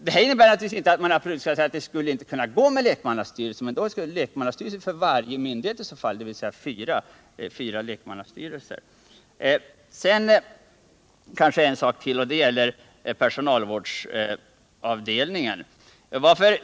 Det här innebär naturligtvis inte att det i och för sig inte går att ha lekmannastyrelser — men i så fall skall man ha en för varje myndighet, dvs. fyra lekmannastyrelser. Sedan vill jag beröra en sak till, nämligen personalvårdsavdelningen.